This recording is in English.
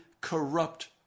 corrupt